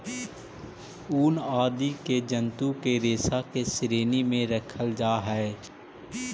ऊन आदि के जन्तु के रेशा के श्रेणी में रखल जा हई